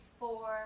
four